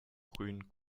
frühen